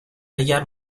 اگر